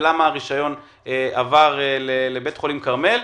ולמה הרישיון עבר לבית חולים כרמל.